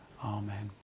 Amen